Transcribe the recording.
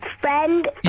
friend